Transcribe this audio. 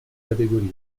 categoria